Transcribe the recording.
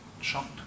shocked